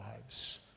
lives